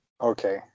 okay